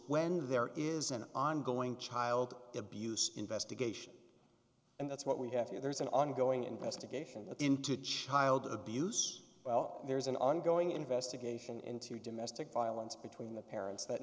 when there is an ongoing child abuse investigation and that's what we have here there's an ongoing investigation into child abuse well there's an ongoing investigation into domestic violence between the parents that